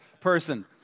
person